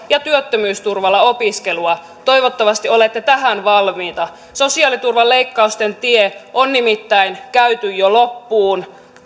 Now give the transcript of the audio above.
ja työttömyysturvalla opiskelua toivottavasti olette tähän valmiita sosiaaliturvan leikkausten tie on nimittäin käyty jo loppuun